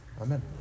Amen